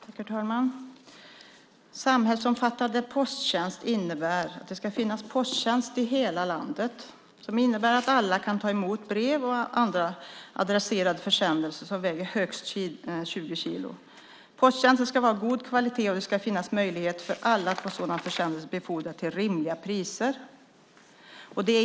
Herr talman! Samhällsomfattande posttjänst innebär att det ska finnas posttjänst i hela landet. Det innebär att alla kan ta emot brev och andra adresserade försändelser som väger högst 20 kilo. Posttjänsten ska vara av god kvalitet, och det ska finnas möjlighet för alla att få sådana försändelser befordrade till rimliga priser.